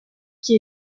qui